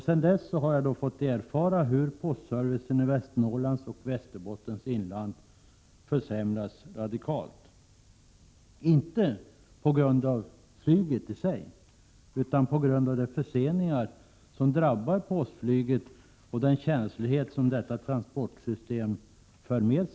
Sedan dess har jag fått erfara hur postservicen i Västernorrlands och Västerbottens inland försämrats radikalt — inte på grund av flyget i sig, utan på grund av de förseningar som drabbar postflyget och detta transportsystems känslighet.